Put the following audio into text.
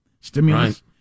stimulus